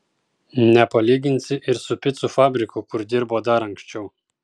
nepalyginsi ir su picų fabriku kur dirbo dar anksčiau